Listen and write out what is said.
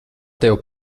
tevi